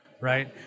right